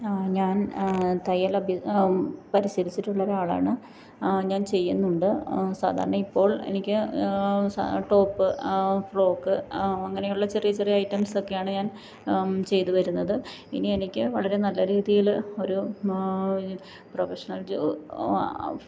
ആ ഞാൻ തയ്യൽ അഭ്യസിച്ച പരിശീലിച്ചിട്ടുള്ളൊരാളാണ് ഞാൻ ചെയ്യുന്നുണ്ട് സാധാരണ ഇപ്പോൾ എനിക്ക് സാ ടോപ്പ് ഫ്രോക് അങ്ങനെയുള്ള ചെറിയ ചെറിയ ഐറ്റംസ് ഒക്കെയാണ് ഞാൻ ഞാൻ ചെയ്തു വരുന്നത് ഇനി എനിക്ക് വളരെ നല്ല രീതിയിൽ ഒരു പ്രൊഫഷണൽ ജോബ്